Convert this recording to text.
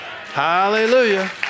Hallelujah